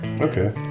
okay